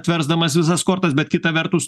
atversdamas visas kortas bet kita vertus